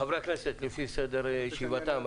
חברי הכנסת לפי סדר ישיבתם.